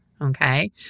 Okay